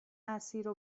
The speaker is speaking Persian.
اسیر